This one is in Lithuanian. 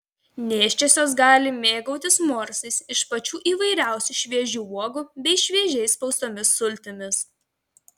nėščiosios gali mėgautis morsais iš pačių įvairiausių šviežių uogų bei šviežiai spaustomis sultimis